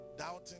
Doubting